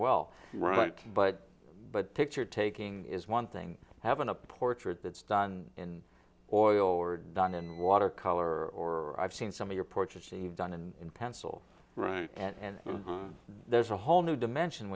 well right but but picture taking is one thing having a portrait that's done in oil or done in watercolor or i've seen some of your approach achieve done in pencil right and there's a whole new dimension